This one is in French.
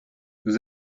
nous